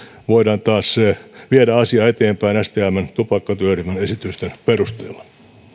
voidaan taas viedä asiaa eteenpäin stmn tupakkatyöryhmän esitysten perusteella